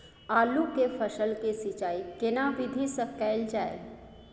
आलू के फसल के सिंचाई केना विधी स कैल जाए?